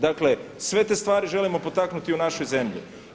Dakle sve te stvari želimo potaknuti u našoj zemlji.